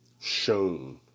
shown